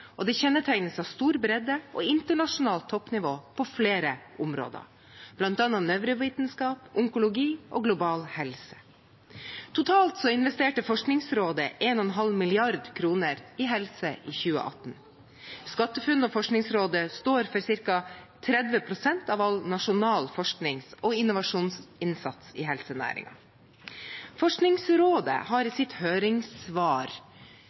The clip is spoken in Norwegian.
og det kjennetegnes av stor bredde og internasjonalt toppnivå på flere områder, bl.a. innen nevrovitenskap, onkologi og global helse. Totalt investerte Forskningsrådet 1,5 mrd. kr i helse i 2018. SkatteFUNN og Forskningsrådet står for ca. 30 pst. av all nasjonal forsknings- og innovasjonsinnsats i helsenæringen. Forskningsrådet har i sitt høringssvar